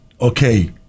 okay